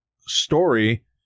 story